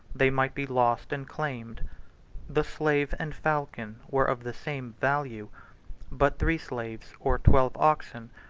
they might be lost and claimed the slave and falcon were of the same value but three slaves, or twelve oxen,